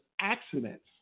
accidents